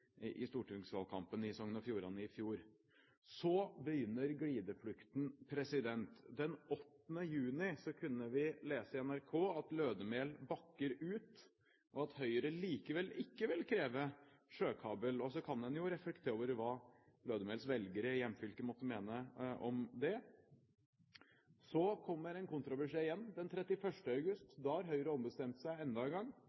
i stortingsvalgkampen i Sogn og Fjordane i fjor. Så begynner glideflukten. Den 8. juni kunne vi lese på NRKs sider: «Lødemel bakkar ut», og at Høyre likevel ikke vil kreve sjøkabel. Så kan en reflektere over hva Lødemels velgere i hjemfylket måtte mene om det. Så kommer en kontrabeskjed igjen. Den 31. august har Høyre ombestemt seg enda en gang.